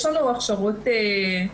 יש לנו הכשרות מגוונות.